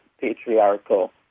patriarchal